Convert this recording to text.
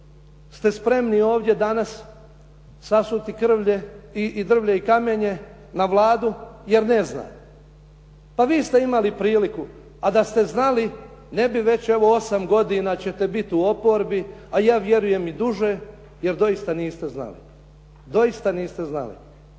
ste spremni ovdje danas sasuti krvlje i drvlje i kamenje na Vladu jer ne zna. Pa vi ste imali priliku a da ste znali, ne bi već evo 8 godina ćete biti u oporbi a ja vjerujem i duže jer doista niste znali, doista niste znali.